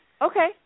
Okay